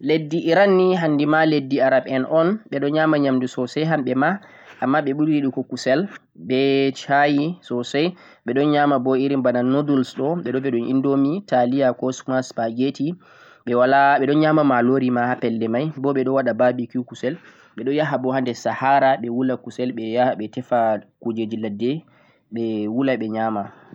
leddi Iran ni handi ma leddi Arab en un ɓe ɗon nyama nyamdu sosai hamɓe ma, amma ɓe ɓuri yiɗugo kusel be shayi sosai, ɓe ɗon nyama bo irin bana noodles ɗo ɓeɗon viya ɗum indomie, taliya kokuma supperggetti, ɓe ɗon nyama malori ma ha pelle mai, bo ɓe ɗon waɗa barbecue kusel, ɓe ɗo ya ha bo ha nder sahara ɓe wula kusel, ɓe ya ha ɓe tefa kujeji ladde ɓe wula ɓe nyama.